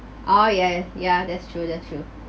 oh yeah yeah yeah that's true that's true